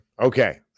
Okay